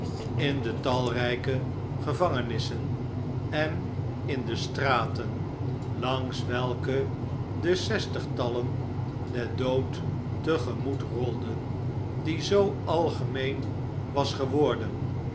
in de talrijke gevangenissen en in de straten langs welke de zestigtallen den dood te gemoet rolden die zoo algemeen was geworden